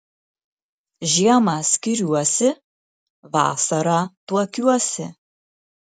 žiemą skiriuosi vasarą tuokiuosi